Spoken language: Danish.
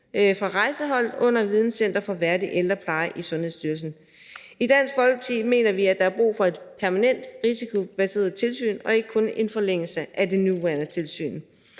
for rejseholdet under Videnscenter for værdig ældrepleje i Sundhedsstyrelsen. I Dansk Folkeparti mener vi, der er brug for et permanent risikobaseret tilsyn og ikke kun en forlængelse af det nuværende tilsyn.